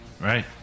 Right